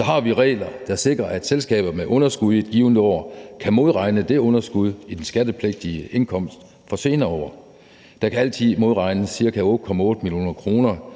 har vi regler, der sikrer, at selskaber med underskud i et givent år kan modregne det underskud i den skattepligtige indkomst for senere år. Der kan altid modregnes ca. 8,8 mio. kr.